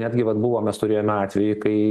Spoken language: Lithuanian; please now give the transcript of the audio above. netgi vat buvo mes turėjome atvejį kai